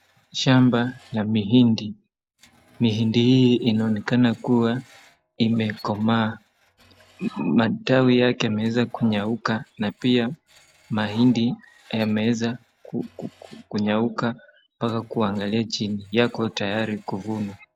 shamba la mahindi. Mahindi hii inaonekana kuwa imekomaa. Matawi yake yameweza kunyauka na pia mahindi yameweza kunyauka mpaka kuangalia chini. Yako tayari kuvunwa.